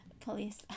police